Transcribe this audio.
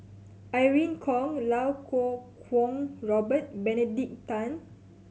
Irene Khong Iau Kuo Kwong Robert Benedict Tan